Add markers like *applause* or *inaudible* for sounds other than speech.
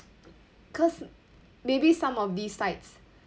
cause *noise* maybe some of these sites